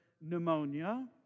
pneumonia